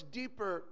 deeper